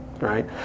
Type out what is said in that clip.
right